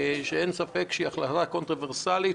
שאין ספק שהיא החלטה קונטרוברסלית,